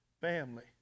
family